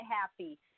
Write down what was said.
happy